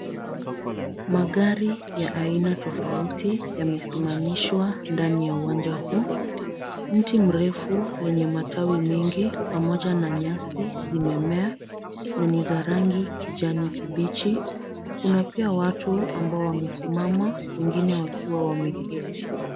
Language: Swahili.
Magari ya aina tofauti yamesimamishwa kwenye uwanja huu. Mti mrefu lenye matawi mengi pamoja na nyasi zimemea na ni za rangi kijani kibichi. Kuna pia watu ambao wamesimama wengine wakiwa wameketi.